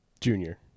Junior